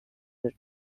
etc